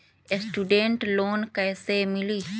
Student loan कैसे मिली?